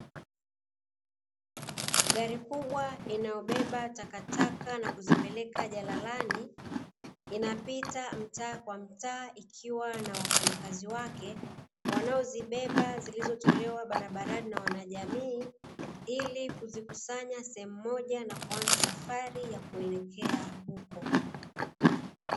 Gari kubwa inayobeba takataka na kuzipeleka jalalani, inapita mtaa kwa mtaa ikiwa na wafanyakazi wake wanaozibeba zilizotolewa barabarani na wanajamii ili kuzikusanya sehemu moja na kuanza safari ya kuelekea huko.